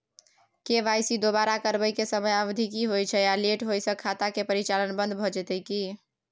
KYC दोबारा करबै के समयावधि की होय छै आ लेट होय स खाता के परिचालन बन्द भ जेतै की?